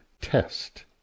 test